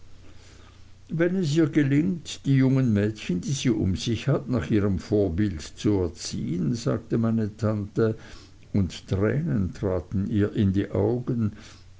wenn es ihr gelingt die jungen mädchen die sie um sich hat nach ihrem vorbild zu erziehen sagte meine tante und tränen traten ihr in die augen